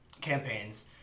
campaigns